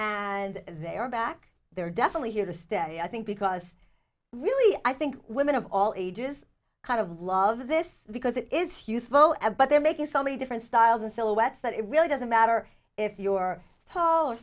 and they are back they're definitely here to stay i think because really i think women of all ages kind of love this because it is useful and but they're making so many different styles and silhouettes that it really doesn't matter if you're tall